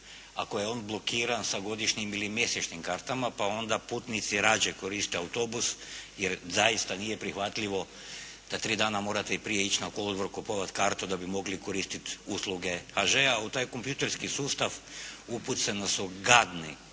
ako je on blokiran sa godišnjim ili mjesečnim kartama pa onda putnici rađe koriste autobus jer zaista nije prihvatljivo da tri dana morate prije ići na kolodvor kupovati kartu da bi mogli koristiti usluge HŽ-a. U taj kompjutorski sustav upucani su gadni